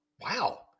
Wow